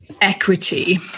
equity